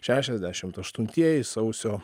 šešiasdešimt aštuntieji sausio